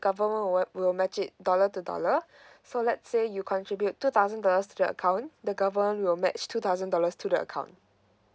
government will will match it dollar to dollar so let's say you contribute two thousand dollars to the account the government will match two thousand dollars to the account